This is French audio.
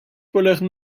polaire